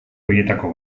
horietako